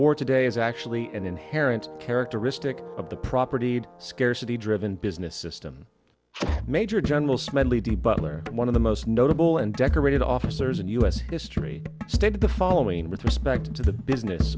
war today is actually an inherent characteristic of the propertied scarcity driven business system major general smedley butler one of the most notable and decorated officers in us history stated the following with respect to the business